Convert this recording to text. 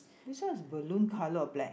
this one is blue color or black